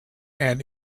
and